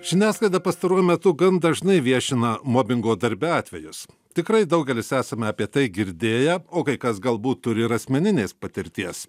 žiniasklaida pastaruoju metu gan dažnai viešina mobingo darbe atvejus tikrai daugelis esame apie tai girdėję o kai kas galbūt turi ir asmeninės patirties